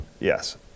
Yes